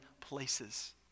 places